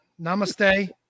Namaste